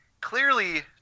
clearly